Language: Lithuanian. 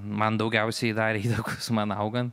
man daugiausiai darė įtakos man augant